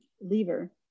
lever